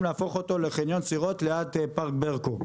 להפוך אותו לחניון סירות ליד פארק ברקו,